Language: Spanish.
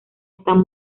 están